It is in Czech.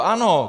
Ano!